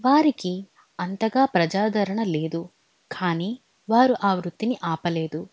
వారికి అంతగా ప్రజాదరణ లేదు కానీ వారు ఆ వృత్తిని ఆపలేదు